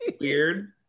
Weird